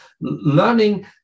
learning